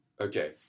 okay